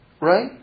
right